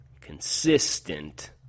consistent